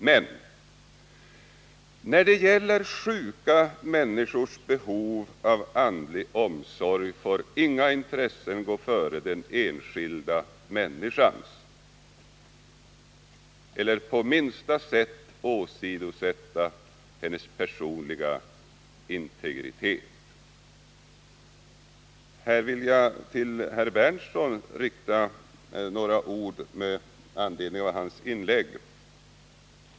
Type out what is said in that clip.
Men när det gäller sjuka människors behov av andlig omsorg får inga intressen gå före den enskilda människans eller på minsta sätt åsidosätta hennes personliga integritet. Här vill jag rikta några ord till herr Berndtson med anledning av hans inlägg.